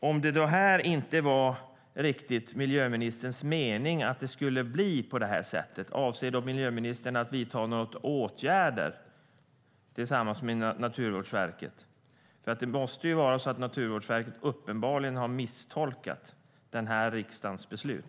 Om det inte riktigt var miljöministerns mening att det skulle bli på det här sättet, avser då miljöministern att vidta några åtgärder tillsammans med Naturvårdsverket? Naturvårdsverket måste uppenbarligen ha misstolkat riksdagens beslut.